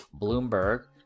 Bloomberg